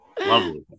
Lovely